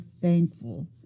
thankful